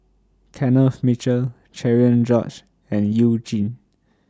Kenneth Mitchell Cherian George and YOU Jin